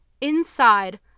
inside